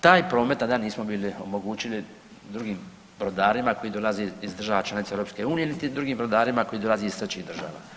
Taj promet tada nismo bili omogućili drugim brodarima koji dolaze iz država članica EU, niti drugim brodarima koji dolaze iz trećih država.